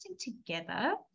together